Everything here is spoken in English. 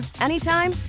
anytime